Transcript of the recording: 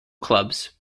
clubs